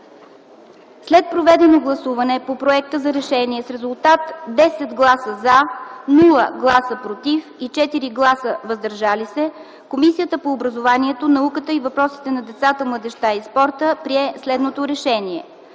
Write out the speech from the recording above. След проведено гласуване по проекта за решение с резултат 10 гласа „за”, без „против” и 4 гласа „въздържали се”, Комисията по образованието, науката и въпросите на децата, младежта и спорта прие следното РЕШЕНИЕ: